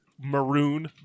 maroon